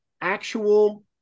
actual